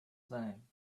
thing